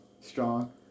strong